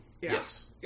Yes